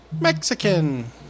Mexican